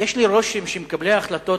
יש לי רושם שמקבלי החלטות,